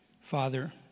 Father